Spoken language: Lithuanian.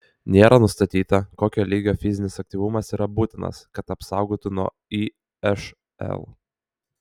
nėra nustatyta kokio lygio fizinis aktyvumas yra būtinas kad apsaugotų nuo išl